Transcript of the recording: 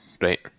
right